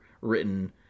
written